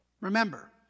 Remember